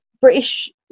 British